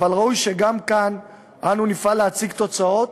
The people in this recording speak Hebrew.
אבל ראוי שגם כאן נפעל להציג תוצאות